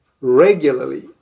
regularly